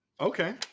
Okay